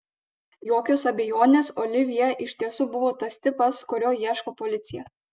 jokios abejonės olivjė iš tiesų buvo tas tipas kurio ieško policija